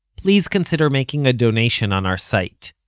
please consider making a donation on our site,